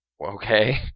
Okay